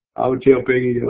i would tell peggy,